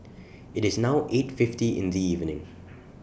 IT IS now eight fifty in The evening